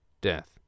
death